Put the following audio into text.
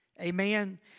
Amen